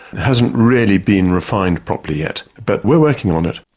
hasn't really been refined properly yet. but we're working on it.